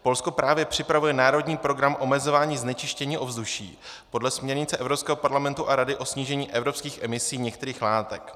Polsko právě připravuje národní program omezování znečištění ovzduší podle směrnice Evropského parlamentu a Rady o snížení evropských emisí některých látek.